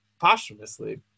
posthumously